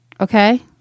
okay